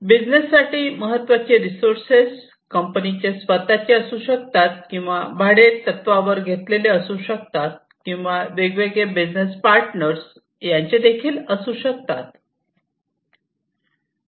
business साठी महत्त्वाचे resources कंपनीचे स्वतःचे असू शकतात किंवा भाडेतत्त्वावर घेतलेले असू शकतात किंवा वेगवेगळे बिझनेस पार्टनर यांचे असू शकतात